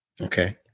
Okay